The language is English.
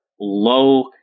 low